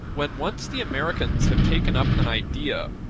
when once the americans have taken up an idea,